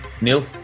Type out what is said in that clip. Neil